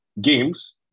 games